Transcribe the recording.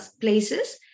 places